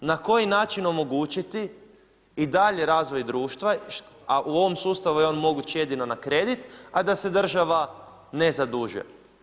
Na koji način omogućiti i daljnji razvoj društva, a u ovom sustavu je on moguće jedino na kredit, a da se država ne zadužuje.